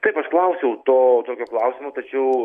taip aš klausiau to tokio klausimo tačiau